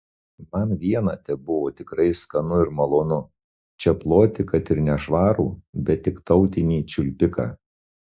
man viena tebuvo tikrai skanu ir malonu čėploti kad ir nešvarų bet tik tautinį čiulpiką